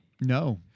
No